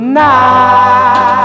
night